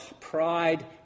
pride